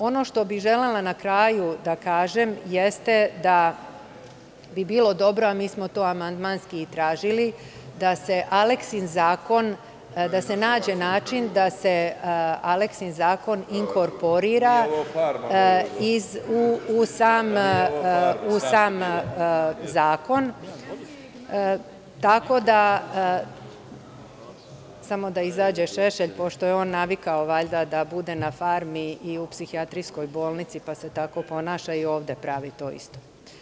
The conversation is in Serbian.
Ono što bih na kraju želela da kažem jeste da bi bilo dobro, a mi smo to amandmanski i tražili, da se nađe način da se Aleksin zakon inkorporira u sam zakon tako da, samo da izađe Šešelj, pošto je on navikao valjda da bude na farmi i u psihijatrijskog bolnici, pa se tako ponaša i ovde pravi to isto.